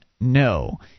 no